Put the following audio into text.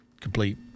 complete